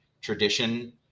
tradition